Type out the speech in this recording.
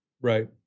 right